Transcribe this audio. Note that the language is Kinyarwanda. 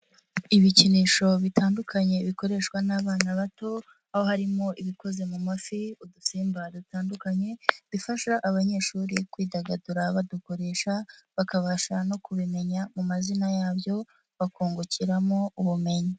Ibikinisho bitandukanye bikoreshwa n'abana bato, aho harimo ibikoze mu mafi, udusimba dutandukanye, bifasha abanyeshuri kwidagadura badukoresha, bakabasha no kubimenya mu mazina yabyo, bakungukiramo ubumenyi.